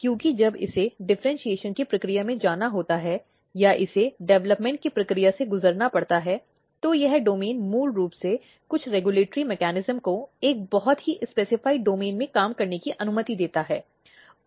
क्योंकि जब इसे डिफ़र्इन्शीएशन की प्रक्रिया में जाना होता है या इसे डेवलपमेंट की प्रक्रिया से गुजरना पड़ता है तो यह डोमेन मूल रूप से कुछ रिग्यलटॉरी मेकॅनिज्म को एक बहुत ही निर्दिष्ट डोमेन में काम करने की अनुमति देता है